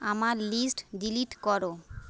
আমার list delete করো